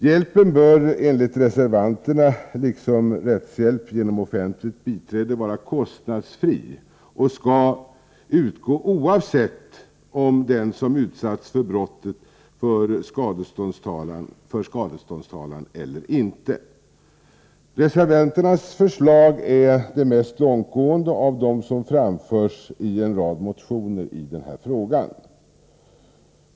Hjälpen bör enligt reservanterna liksom rättshjälp genom offentligt biträde vara kostnadsfri och utgå oavsett om den som utsatts för brottet för skadeståndstalan eller inte. Reservanternas förslag är det mest långtgående av dem som framförs i en rad motioner i denna fråga.